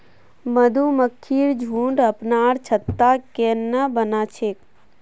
मधुमक्खिर झुंड अपनार छत्ता केन न बना छेक